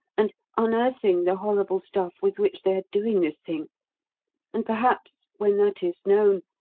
and unearthing the horrible stuff with which they are doing this thing and perhaps, when that is known,